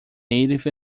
native